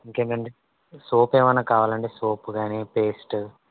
ఇంకేంటండి సోప్ ఏమైనా కావాలండి సోప్ కానీపేస్టు